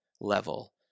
level